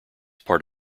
part